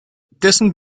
dessen